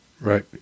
Right